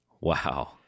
Wow